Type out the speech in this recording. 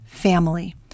family